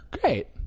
Great